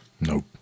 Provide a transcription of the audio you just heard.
nope